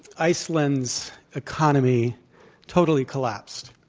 iceland's economy totally collapsed.